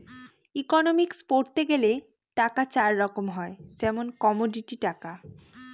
economics পড়তে গেলে টাকা চার রকম হয় যেমন কমোডিটি টাকা